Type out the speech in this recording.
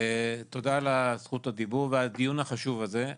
תודה על זכות הדיבור והדיון החשוב הזה.